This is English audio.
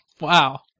Wow